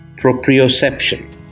proprioception